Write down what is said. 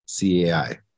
CAI